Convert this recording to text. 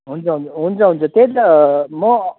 हुन्छ हुन्छ हुन्छ हुन्छ त्यही त म